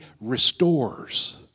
restores